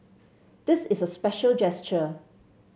this is a special gesture